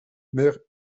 mère